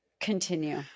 Continue